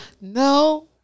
no